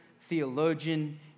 theologian